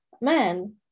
man